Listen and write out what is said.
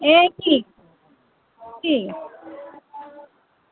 एह् ठीक ठीक ऐ